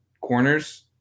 corners